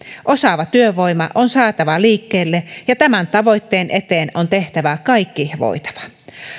osaava työvoima on saatava liikkeelle ja tämän tavoitteen eteen on tehtävä kaikki voitava